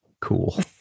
Cool